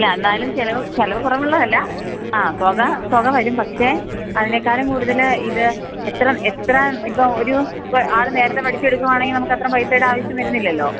ഇല്ല എന്തായാലും ചിലവ് കുറവുള്ളതല്ല അ തുക തുക വരും പക്ഷേ അതിനേക്കാളും കൂടുതൽ ഇത് എത്ര എത്ര ഇപ്പം ഒരു ആള് നേരത്തെ പഠിച്ചെടുക്കുവാണെങ്കിൽ നമുക്ക് അത്രയും പൈസയുടെ ആവശ്യം ഇല്ലല്ലോ